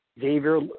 Xavier